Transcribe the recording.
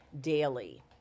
daily